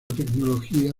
tecnología